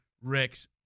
Rex